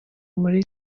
muri